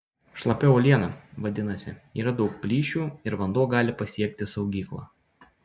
šlapia uoliena vadinasi yra daug plyšių ir vanduo gali pasiekti saugyklą